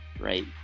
right